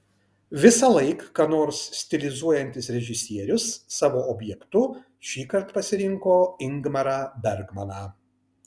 visąlaik ką nors stilizuojantis režisierius savo objektu šįkart pasirinko ingmarą bergmaną